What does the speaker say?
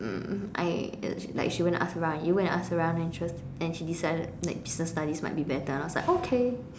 um I like she went to ask around you went to ask around and she was and she decided that business studies might be better and I was like okay